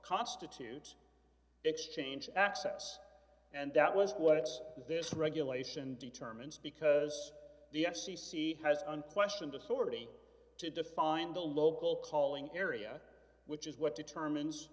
constitute exchange access and that was what this regulation determines because the f c c has unquestioned authority to define the local calling area which is what determines